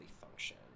function